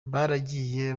baragiye